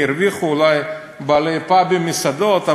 הרוויחו אולי בעלי הפאבים והמסעדות.